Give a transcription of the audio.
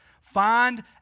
Find